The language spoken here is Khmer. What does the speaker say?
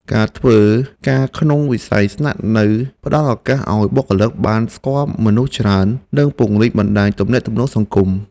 ការធ្វើការក្នុងវិស័យស្នាក់នៅផ្តល់ឱកាសឱ្យបុគ្គលិកបានស្គាល់មនុស្សច្រើន និងពង្រីកបណ្តាញទំនាក់ទំនងសង្គម។